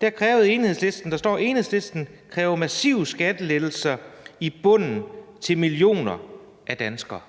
Der står: »Enhedslisten kræver massive skattelettelser i bunden til millioner af danskere.«